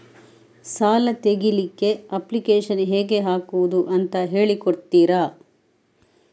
ಸಾಲ ತೆಗಿಲಿಕ್ಕೆ ಅಪ್ಲಿಕೇಶನ್ ಹೇಗೆ ಹಾಕುದು ಅಂತ ಹೇಳಿಕೊಡ್ತೀರಾ?